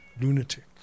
lunatic